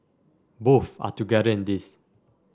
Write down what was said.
both are together in this